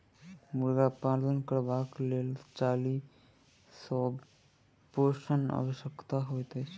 मुर्गा पालन करबाक लेल चाली पोसब आवश्यक होइत छै